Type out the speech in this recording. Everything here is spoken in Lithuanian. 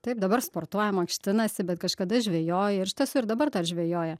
taip dabar sportuoja mankštinasi bet kažkada žvejojo ir šitas dabar dar žvejoja